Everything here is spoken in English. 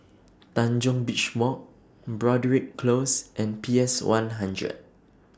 Tanjong Beach Walk Broadrick Close and P S one hundred